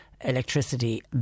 electricity